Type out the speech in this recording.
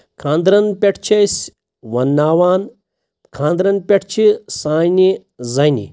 خانٛدرَن پٮ۪ٹھ چھِ أسۍ وَنناوان خاندرَن پٮ۪ٹھ چھِ سانہِ زَنہِ